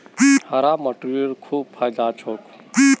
हरा मटरेर खूब फायदा छोक